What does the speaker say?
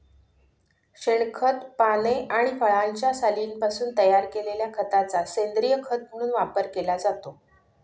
शेणखत, पाने आणि फळांच्या सालींपासून तयार केलेल्या खताचा सेंद्रीय खत म्हणून वापर केला जातो